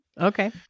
Okay